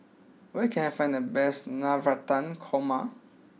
where can I find the best Navratan Korma